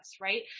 right